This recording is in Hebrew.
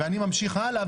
ואני ממשיכה הלאה,